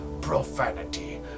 profanity